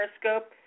periscope